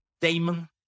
damon